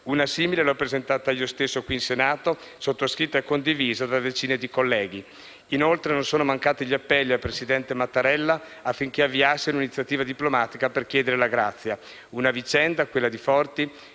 simile ho presentato io stesso qui in Senato ed è stata sottoscritta e condivisa da decine di colleghi; non sono inoltre mancati gli appelli al presidente Mattarella, affinché avviasse un'iniziativa diplomatica per chiedere la grazia. La vicenda di Forti